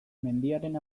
mendiaren